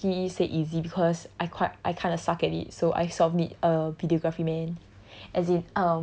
I won't exactly say easy because I quite I kinda suck at it so I also need a videography man